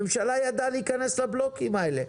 הממשלה ידעה להיכנס לבלוקים האלה.